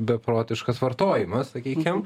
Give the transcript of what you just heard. beprotiškas vartojimas sakykim